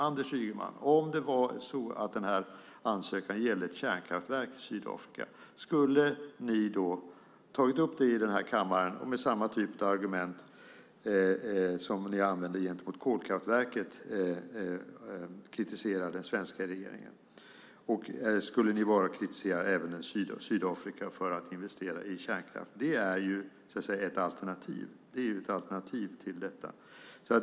Anders Ygeman, om ansökan gällde ett kärnkraftverk i Sydafrika skulle ni då ha tagit upp det i kammaren och kritiserat den svenska regeringen med samma typ av argument som ni använder när det gäller kolkraftverket? Skulle ni även kritisera Sydafrika för att de investerar i kärnkraft? Det är ett alternativ.